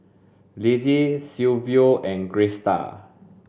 Lizzie Silvio and Griselda